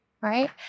right